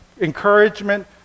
encouragement